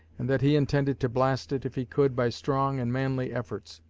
and that he intended to blast it, if he could, by strong and manly efforts.